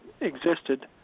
existed